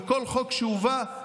וכל חוק שלכם שהובא,